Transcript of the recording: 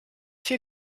vier